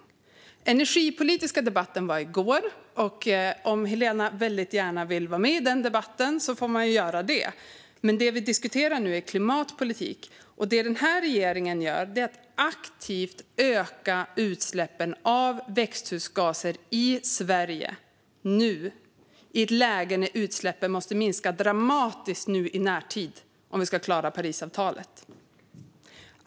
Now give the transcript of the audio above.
Den energipolitiska debatten var i går, och om ledamoten Helena Storckenfeldt väldigt gärna vill vara med i den debatten får hon vara det, men det vi diskuterar nu är klimatpolitik. Och vad den här regeringen gör nu är att aktivt öka utsläppen av växthusgaser i Sverige, och detta i ett läge då utsläppen måste minska dramatiskt nu i närtid om vi ska klara Parisavtalet.